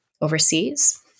overseas